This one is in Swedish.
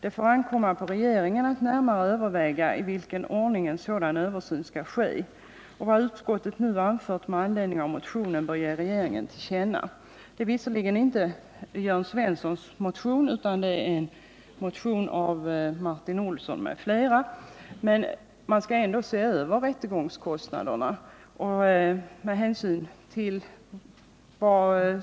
Det får ankomma på regeringen att närmare överväga i vilken ordning en sådan översyn skall ske. 37 Vad utskottet nu anfört med anledning av motionen bör ges regeringen till känna.” Detta uttalande avser visserligen inte Jörn Svenssons motion utan en motion av Martin Olsson m.fl. , men frågan om rättegångskostnaderna kommer ändå att ses över.